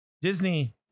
Disney